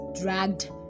dragged